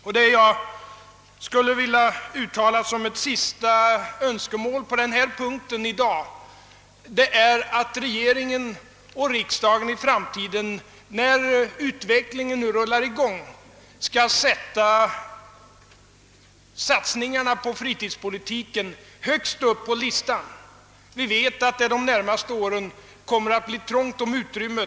Jag skulle vilja uttala som ett sista önskemål på denna punkt i dag, att regeringen och riksdagen i framtiden, när utvecklingen nu rullar i gång, skall sätta satsningarna på fritidspolitiken högst upp på listan. Vi vet att det de närmaste åren kommer att bli trångt om utrymmet.